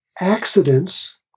accidents